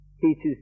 teaches